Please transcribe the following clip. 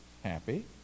happy